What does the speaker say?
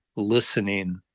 listening